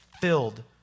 filled